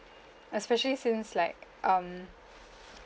especially since like um